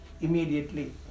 immediately